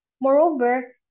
Moreover